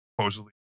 supposedly